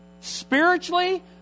Spiritually